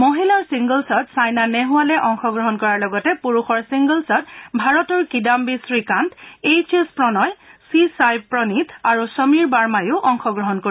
মহিলাৰ ছিংগলছত ছাইনা নেহৰালে অংশগ্ৰহণ কৰাৰ লগতে পুৰুষৰ ছিংগলছত ভাৰতৰ Kidambi Srikanth H S Prannoy B Sai Praneeth আৰু সমীৰ বামহিও অংশগ্ৰহণ কৰিব